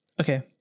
Okay